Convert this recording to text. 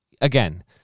Again